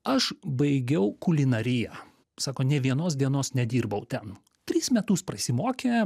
aš baigiau kulinariją sako nė vienos dienos nedirbau ten tris metus prasimokė